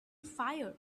fire